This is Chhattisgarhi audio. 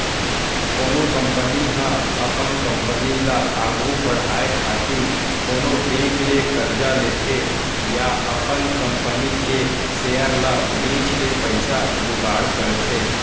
कोनो कंपनी ह अपन कंपनी ल आघु बड़हाय खातिर कोनो बेंक ले करजा लेथे या अपन कंपनी के सेयर ल बेंच के पइसा जुगाड़ करथे